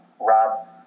Rob